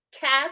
cast